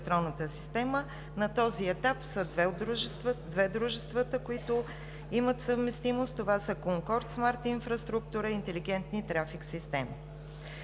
На този етап са две дружествата, които имат съвместимост – „Конкорд смарт инфраструктура“ и „Интелигентни трафик системи“.